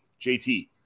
JT